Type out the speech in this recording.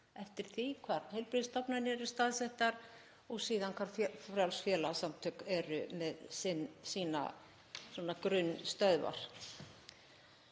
eftir því hvar heilbrigðisstofnanir eru staðsettar og síðan hvar frjáls félagasamtök eru með sínar grunnstöðvar.